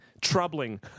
troubling